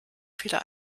viele